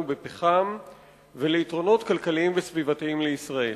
בפחם וליתרונות כלכליים וסביבתיים לישראל.